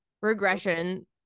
regression